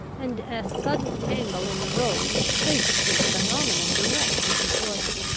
and a sudden angle in the road placed this phenomenon directly before them.